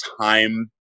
time